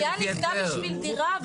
הבניין נבנה בשביל דירה.